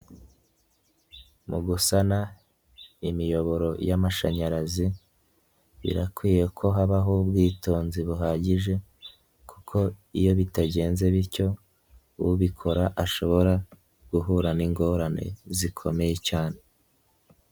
Mu gusana imiyoboro y'amashanyarazi, birakwiye ko habaho ubwitonzi buhagije kuko iyo bitagenze bityo, ubikora ashobora guhura n'ingorane zikomeye cyane.